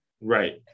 right